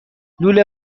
لوله